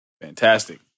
Fantastic